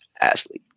Athlete